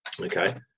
okay